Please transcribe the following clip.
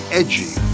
edgy